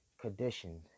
conditions